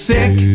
sick